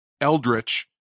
Eldritch